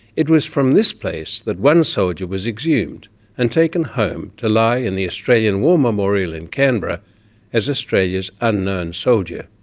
it was from this place that one soldier was exhumed and taken home to lie in the australian war memorial in canberra as australia's unknown soldier.